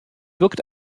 wirkt